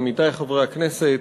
עמיתי חברי הכנסת,